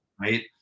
Right